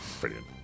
brilliant